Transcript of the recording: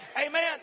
Amen